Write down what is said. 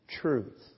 truth